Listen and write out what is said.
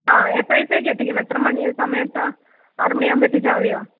ആ എപ്പഴത്തേക്ക് എത്തിക്കണം എത്ര മണി സമയത്താ ആറുമണി ആവുമ്പോൾ എത്തിച്ചാൽ മതിയോ